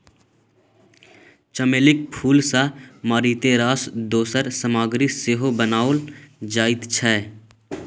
चमेलीक फूल सँ मारिते रास दोसर सामग्री सेहो बनाओल जाइत छै